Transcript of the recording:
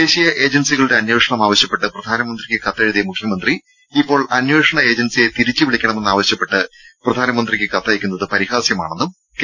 ദേശീയ ഏജൻസികളുടെ അന്വേഷണം ആവശ്യപ്പെട്ട് പ്രധാനമന്ത്രിക്ക് കത്തെഴുതിയ മുഖ്യമന്ത്രി ഇപ്പോൾ അന്വേഷണ ഏജൻസിയെ തിരിച്ച് വിളിക്കണമെന്ന് ആവശ്യപ്പെട്ട് പ്രധാനമന്ത്രിയ്ക്ക് കത്തയക്കുന്നത് പരിഹാസ്യമാണെന്നും കെ